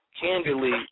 candidly